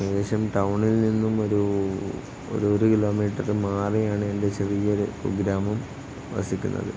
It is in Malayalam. ഏകദേശം ടൗണിൽ നിന്നും ഒരു ഒരു കിലോമീറ്റര് മാറിയാണ് എൻ്റെ ചെറിയയൊരു കുഗ്രാമം വസിക്കുന്നത്